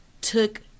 took